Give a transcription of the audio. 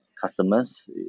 customers